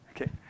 Okay